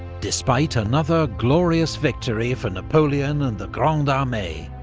despite another glorious victory for napoleon and the grande armee,